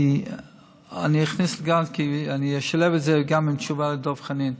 אני אשלב את זה עם תשובה לדב חנין.